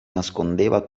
nascondeva